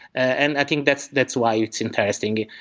and i think that's that's why it's interesting.